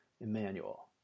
Emmanuel